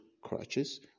crutches